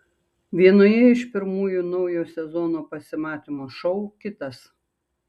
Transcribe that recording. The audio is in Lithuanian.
vienoje iš pirmųjų naujo sezono pasimatymų šou kitas